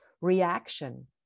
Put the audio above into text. reaction